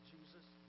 Jesus